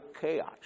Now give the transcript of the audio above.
chaos